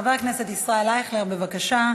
חבר הכנסת ישראל אייכלר, בבקשה.